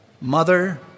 Mother